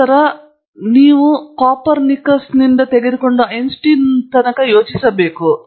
ನಂತರ ಹೇಳುವುದು ಕೊಪರ್ನಿಕಸ್ನನ್ನು ತೆಗೆದುಕೊಂಡು ಐನ್ಸ್ಟೀನ್ ಅನ್ನು ನೀವು ಯೋಚಿಸಬೇಕು